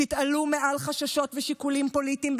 תתעלו מעל חששות ושיקולים פוליטיים,